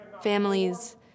families